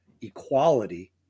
equality